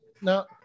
now